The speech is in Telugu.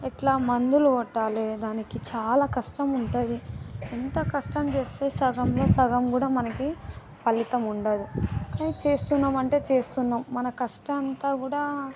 ఎట్లా మందులు కొట్టాలి దానికి చాలా కష్టం ఉంటుంది ఇంత కష్టం చేస్తే సగంలో సగం కూడా మనకి ఫలితం ఉండదు కాని చేస్తున్నాము అంటే చేస్తున్నాము మన కష్టం అంతా కూడా